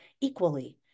equally